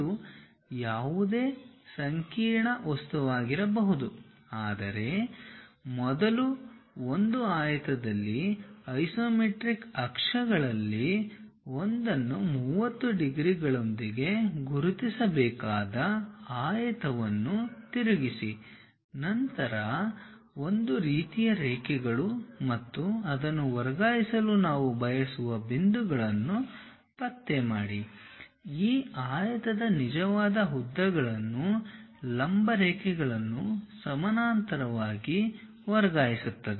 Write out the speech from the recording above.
ಇದು ಯಾವುದೇ ಸಂಕೀರ್ಣ ವಸ್ತುವಾಗಿರಬಹುದು ಆದರೆ ಮೊದಲು ಒಂದು ಆಯತದಲ್ಲಿ ಐಸೊಮೆಟ್ರಿಕ್ ಅಕ್ಷಗಳಲ್ಲಿ ಒಂದನ್ನು 30 ಡಿಗ್ರಿಗಳೊಂದಿಗೆ ಗುರುತಿಸಬೇಕಾದ ಆಯತವನ್ನು ತಿರುಗಿಸಿ ನಂತರ ಒಂದು ರೀತಿಯ ರೇಖೆಗಳು ಮತ್ತು ಅದನ್ನು ವರ್ಗಾಯಿಸಲು ನಾವು ಬಯಸುವ ಬಿಂದುಗಳನ್ನು ಪತ್ತೆ ಮಾಡಿ ಈ ಆಯತದ ನಿಜವಾದ ಉದ್ದಗಳನ್ನು ಲಂಬ ರೇಖೆಗಳನ್ನು ಸಮಾನಾಂತರವಾಗಿ ವರ್ಗಾಯಿಸುತ್ತದೆ